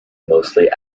mostly